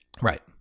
Right